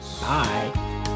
Bye